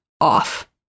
off